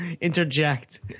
interject